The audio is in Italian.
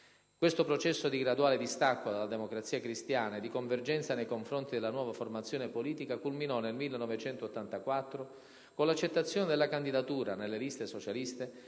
Questo processo di graduale distacco dalla Democrazia Cristiana e di convergenza nei confronti della nuova formazione politica culminò nel 1984, con l'accettazione della candidatura, nelle liste socialiste,